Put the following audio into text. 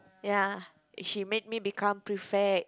ya is she make me become prefect